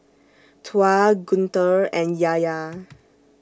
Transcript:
Tuah Guntur and Yahya